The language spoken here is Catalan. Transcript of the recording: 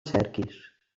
cerquis